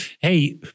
Hey